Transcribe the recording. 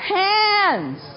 hands